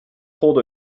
pulled